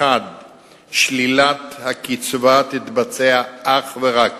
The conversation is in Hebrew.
1. שלילת הקצבה תתבצע אך ורק